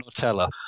Nutella